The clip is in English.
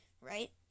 right